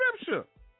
scripture